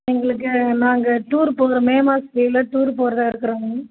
எங்களுக்கு நாங்கள் டூர் போகிறோம் மே மாத லீவில் டூர் போகிறதா இருக்கிறோங்க